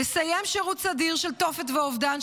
לסיים שירות סדיר של תופת ואובדן,